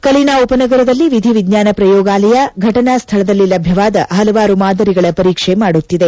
ಕಲಿನಾ ಉಪನಗರದಲ್ಲಿ ವಿಧಿ ವಿಜ್ಞಾನ ಪ್ರಯೋಗಾಲಯ ಫಟನಾ ಸ್ಥಳದಲ್ಲಿ ಲಭ್ಯವಾದ ಪಲವಾರು ಮಾದರಿಗಳ ಪರೀಕ್ಷೆ ಮಾಡುತ್ತಿದೆ